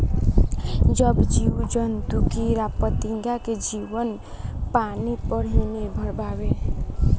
सब जीव जंतु कीड़ा फतिंगा के जीवन पानी पर ही निर्भर बावे